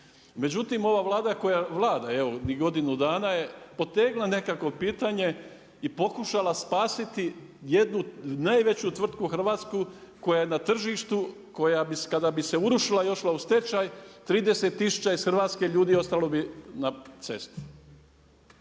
Međutim ova Vlada koja vlada, ni godinu dana je potegnula nekako pitanje i pokušala spasiti jednu najveću tvrtku hrvatsku koja na tržištu, koja bi kada bi se urušila, i otišla u stečaj, 30 tisuća iz Hrvatske ljudi ostalo bi na cesti.